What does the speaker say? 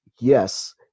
yes